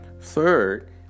Third